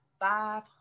five